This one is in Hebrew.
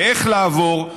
ואיך לעבור.